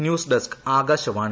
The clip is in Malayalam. news desk Akashvani